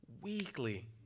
weekly